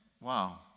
wow